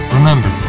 Remember